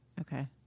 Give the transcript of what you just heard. Okay